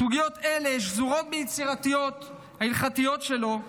סוגיות אלה שזורות ביצירות ההלכתיות שלו,